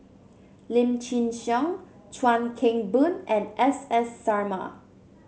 Lim Chin Siong Chuan Keng Boon and S S Sarma